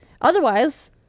Otherwise